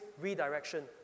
redirection